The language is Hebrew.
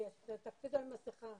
בשעה